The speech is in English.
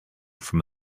from